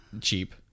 Cheap